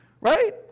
right